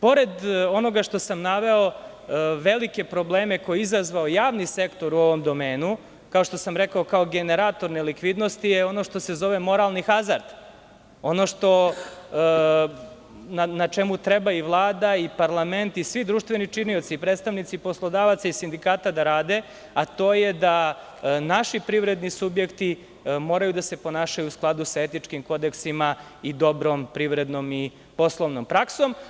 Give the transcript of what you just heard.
Pored onoga što sam naveo, velike probleme koje je izazvao javni sektor u ovom domenu, kao što sam rekao, kao generator nelikvidnosti, je ono što se zove moralni hazard, ono na čemu treba i Vlada i parlament i svi društveni činioci, predstavnici poslodavaca i sindikata da rade, a to je da naši privredni subjekti moraju da se ponašaju u skladu sa etičkim kodeksima i dobrom privrednom i poslovnom praksom.